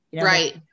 Right